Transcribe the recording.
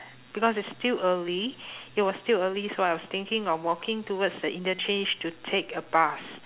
because it's still early it was still early so I was thinking of walking towards the interchange to take a bus